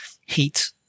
heat